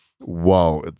Wow